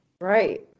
Right